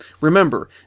Remember